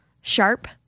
sharp